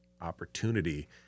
opportunity